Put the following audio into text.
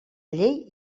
llei